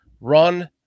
run